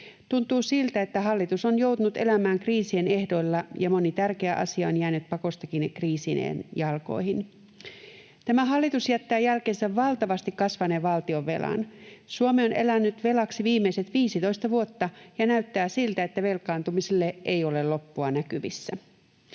tuntuu siltä, että hallitus on joutunut elämään kriisien ehdoilla, ja moni tärkeä asia on jäänyt pakostakin kriisien jalkoihin. Tämä hallitus jättää jälkeensä valtavasti kasvaneen valtionvelan. Suomi on elänyt velaksi viimeiset 15 vuotta, ja näyttää siltä, että velkaantumiselle ei ole loppua näkyvissä.